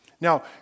Now